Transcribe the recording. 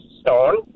stone